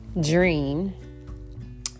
dream